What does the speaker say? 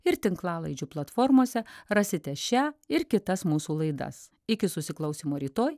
ir tinklalaidžių platformose rasite šią ir kitas mūsų laidas iki susiklausymo rytoj